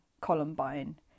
Columbine